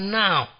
now